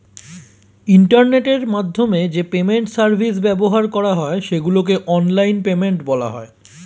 ইন্টারনেটের মাধ্যমে যে পেমেন্ট সার্ভিস ব্যবহার করা হয় সেগুলোকে অনলাইন পেমেন্ট বলা হয়